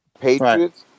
Patriots